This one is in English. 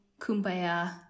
kumbaya